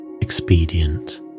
expedient